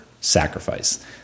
sacrifice